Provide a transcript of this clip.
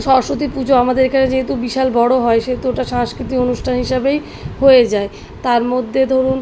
সরস্বতী পুজো আমাদের এখানে যেহেতু বিশাল বড় হয় সেহেতু ওটা সাংস্কৃতিক অনুষ্ঠান হিসাবেই হয়ে যায় তার মধ্যে ধরুন